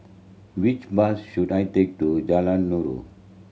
which bus should I take to Jalan Nulu